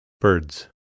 Birds